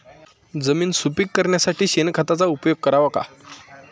जमीन सुपीक करण्यासाठी शेणखताचा उपयोग करावा का?